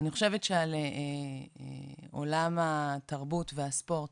אני חושבת שעל עולם התרבות והספורט